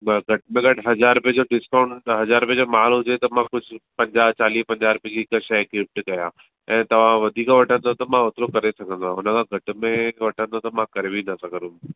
पर घटि में घटि हज़ार रुपये जो डिस्काऊंट हज़ार रुपये जो मालु हुजे त मां कुझु पंजाह चालीहें रुपये जी हिकु शइ गिफ्ट कयां ऐं तव्हां वधीक वठंदव त मां ओतिरो करे सघंदो आहियां हुन खां घटि में वठंदव त मां करे बि न सघंदुमि